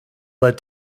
led